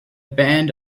band